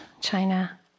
China